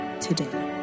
today